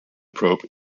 probe